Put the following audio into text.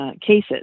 cases